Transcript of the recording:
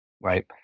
right